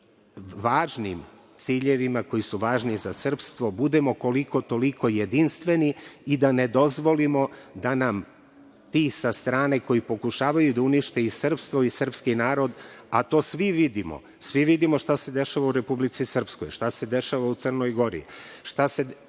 tim važnim ciljevima, koji su važni za srpstvo, budemo koliko toliko jedinstveni i da ne dozvolimo da nam ti sa strane koji pokušavaju da unište i srpstvo i srpski narod, a to svi vidimo, svi vidimo šta se dešava u Republici Srpskoj, šta se dešava u Crnoj Gori, šta se